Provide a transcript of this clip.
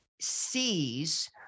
sees